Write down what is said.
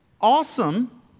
awesome